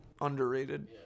Underrated